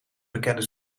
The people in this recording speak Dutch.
bekende